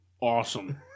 awesome